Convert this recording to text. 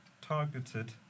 targeted